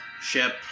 Ship